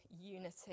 unity